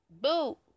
Boo